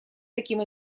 таким